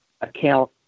account